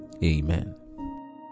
Amen